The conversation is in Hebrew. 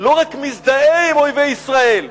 לא רק מזדהה עם אויבי ישראל,